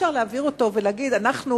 אי-אפשר להעביר אותו ולהגיד: אנחנו